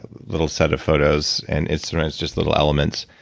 little set of photos. and it's it's just little elements,